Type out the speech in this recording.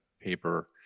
paper